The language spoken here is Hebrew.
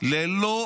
ללא